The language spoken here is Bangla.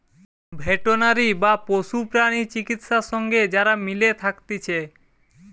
ভেটেনারি বা পশু প্রাণী চিকিৎসা সঙ্গে যারা মিলে থাকতিছে